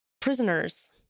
prisoners